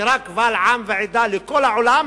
מצהירה קבל עם ועדה לכל העולם: